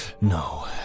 No